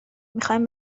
میخایم